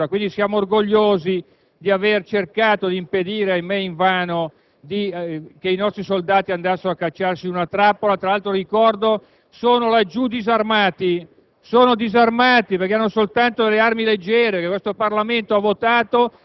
che l'attentato porterà, purtroppo, a una situazione di questa natura. Quindi, siamo orgogliosi di aver cercato di impedire - ahimé invano - che i nostri soldati andassero a cacciarsi in una trappola. Tra l'altro, ricordo che i militari